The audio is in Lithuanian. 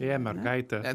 ė mergaite